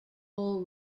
hall